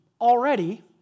already